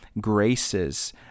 graces